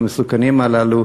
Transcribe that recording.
המסוכנים הללו.